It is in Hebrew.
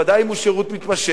בוודאי אם הוא שירות מתמשך,